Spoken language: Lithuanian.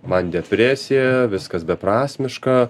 man depresija viskas beprasmiška